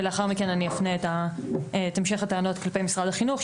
ולאחר מכן אפנה את המענה על המשך הטענות למשרד החינוך,